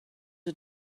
you